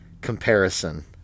comparison